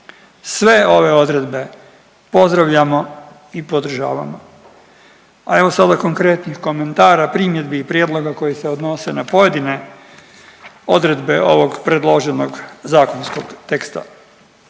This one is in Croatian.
Sve ove odredbe pozdravljamo i podržavamo, a evo sada konkretnih komentara, primjedbi i prijedloga koji se odnose na pojedine odredbe ovog predloženog zakonskog teksta.